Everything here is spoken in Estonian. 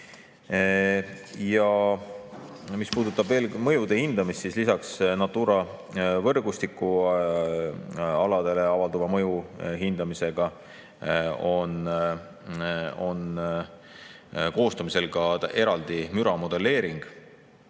Mis puudutab veel mõjude hindamist, siis lisaks Natura võrgustiku aladele avalduva mõju hindamisega on koostamisel ka eraldi müra modelleering